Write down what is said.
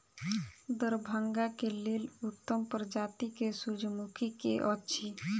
दरभंगा केँ लेल उत्तम प्रजाति केँ सूर्यमुखी केँ अछि?